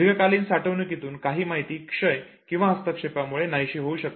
दीर्घकालीन साठवणुकीतून काही माहिती क्षय किंवा हस्तक्षेपामुळे नाहीशी होऊ शकते